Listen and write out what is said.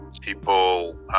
people